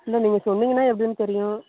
இல்லை நீங்கள் சொன்னிங்கன்னா எப்படின்னு தெரியும்